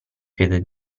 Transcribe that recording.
piede